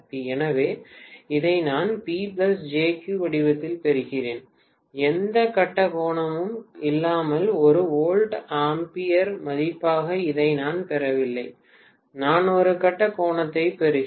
எனவே இதை நான் P jQ வடிவத்தில் பெறுகிறேன் எந்த கட்ட கோணமும் இல்லாமல் ஒரு வோல்ட் ஆம்பியர் மதிப்பாக இதை நான் பெறவில்லை நான் ஒரு கட்ட கோணத்தைப் பெறுகிறேன்